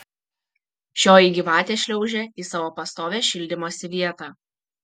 šioji gyvatė šliaužė į savo pastovią šildymosi vietą